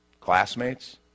classmates